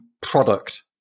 product